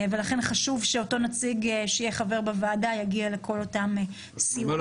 ולכן חשוב שאותו נציג שיהיה חבר בוועדה יגיע לכל אותם סיורים ודיונים.